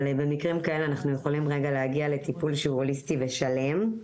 אבל במקרים כאלה אנחנו יכולים להגיע לטיפול שהוא הוליסטי ושלם.